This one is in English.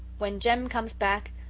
when jem comes back,